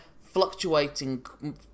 fluctuating